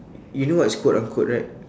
you know what is quote unquote right